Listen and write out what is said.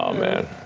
ah man,